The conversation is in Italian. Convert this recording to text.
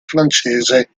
francese